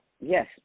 yes